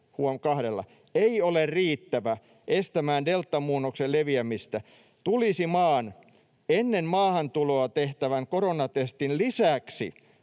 ”ei ole riittävä estämään deltamuunnoksen leviämistä, tulisi maan ennen maahantuloa tehtävän koronatestin lisäksi